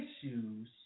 issues